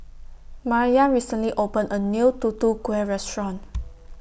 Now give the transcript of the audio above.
Maryann recently opened A New Tutu Kueh Restaurant